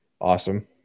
awesome